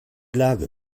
lage